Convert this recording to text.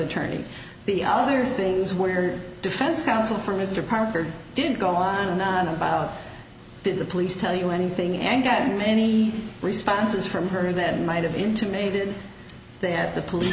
attorney the other things where defense counsel for mr parker did go on and on about did the police tell you anything and gotten many responses from her that might have intimated they had the police